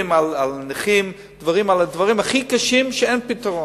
דברים לנכים, הדברים הכי קשים, שאין פתרון.